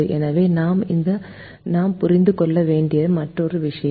எனவே இது நாம் புரிந்து கொள்ள வேண்டிய மற்றொரு விஷயம்